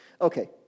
okay